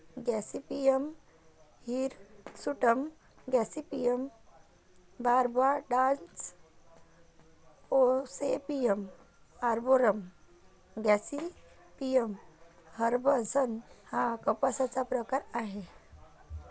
Gossypium hirsutum, Gossypium barbadense, Gossypium arboreum, Gossypium herbaceum हा कापसाचा प्रकार आहे